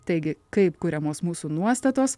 taigi kaip kuriamos mūsų nuostatos